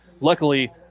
Luckily